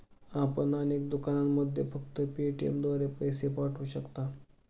आपण अनेक दुकानांमध्ये फक्त पेटीएमद्वारे पैसे पाठवू शकता